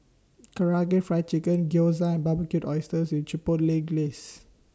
Karaage Fried Chicken Gyoza and Barbecued Oysters with Chipotle Glaze